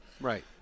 Right